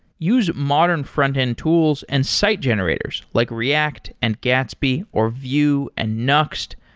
use modern frontend tools and site generators, like react, and gatsby, or vue, and nuxt.